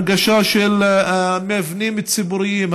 הנגשה של מבנים ציבוריים,